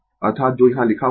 अर्थात जो यहाँ लिखा हुआ है